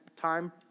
time